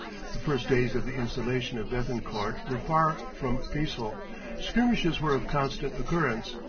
the first days of the installation of bethencourt were far from peaceful skirmishes were of constant occurrence,